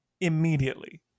immediately